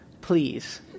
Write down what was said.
Please